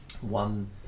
one